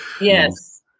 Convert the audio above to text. Yes